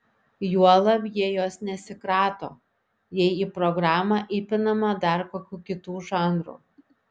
juolab jie jos nesikrato jei į programą įpinama dar kokių kitų žanrų